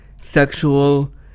sexual